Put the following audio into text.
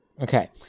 Okay